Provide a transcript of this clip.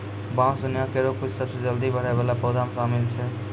बांस दुनिया केरो कुछ सबसें जल्दी बढ़ै वाला पौधा म शामिल छै